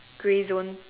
grey zone